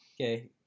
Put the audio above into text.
Okay